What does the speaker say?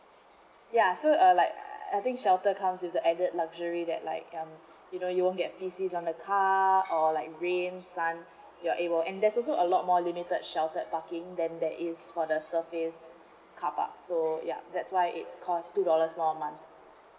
ya so uh like I~ I think shelter comes with the added luxury that like um you know you won't get dizzy on the car uh or like you're able and there's also a lot more limited sheltered parking then that is for the surface car parks ya so ya that's why it cost two dollars more a month